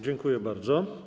Dziękuję bardzo.